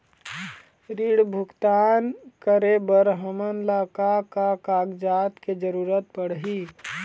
ऋण भुगतान करे बर हमन ला का का कागजात के जरूरत पड़ही?